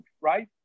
right